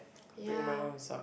ya